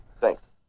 thanks